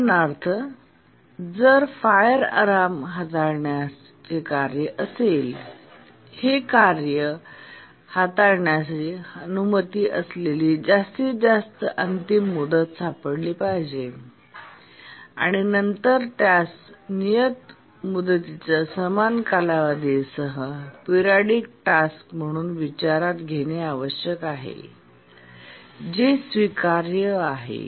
उदाहरणार्थ जर fire alarm हाताळण्याचे कार्य असेल तर हे कार्य हाताळण्यास अनुमती असलेली जास्तीत जास्त अंतिम मुदत सापडली पाहिजे आणि नंतर आम्ही त्यास नियत मुदतीच्या समान कालावधीसह पिरियॉडिक टास्क म्हणून विचारात घेणे आवश्यक आहे जे स्वीकार्य आहे